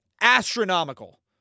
astronomical